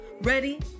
ready